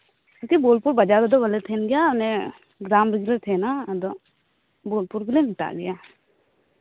ᱟᱪᱪᱷᱟ ᱵᱳᱞᱯᱩᱨ ᱵᱟᱡᱟᱨ ᱨᱮᱫᱚ ᱵᱟᱞᱮ ᱛᱟᱸᱦᱮᱱ ᱜᱮᱭᱟ ᱜᱨᱟᱢ ᱨᱮᱜᱮ ᱞᱮ ᱛᱟᱸᱦᱮᱱᱟ ᱟᱫᱚ ᱵᱳᱞᱯᱩᱨ ᱜᱮᱞᱮ ᱢᱮᱛᱟᱜ ᱜᱮᱭᱟ